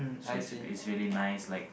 so it's it's really nice like